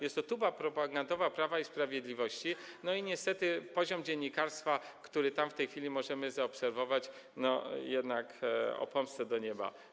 Jest to tuba propagandowa Prawa i Sprawiedliwości i niestety poziom dziennikarstwa, który tam w tej chwili możemy zaobserwować, upomina się jednak o pomstę do nieba.